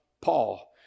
Paul